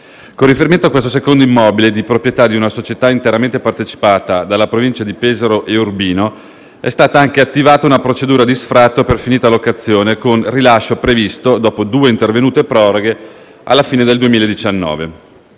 Con riferimento a questo secondo immobile, di proprietà di una società interamente partecipata dalla Provincia di Pesaro e Urbino, è stata anche attivata una procedura di sfratto per finita locazione con rilascio previsto, dopo due intervenute proroghe, alla fine del 2019.